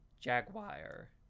jaguar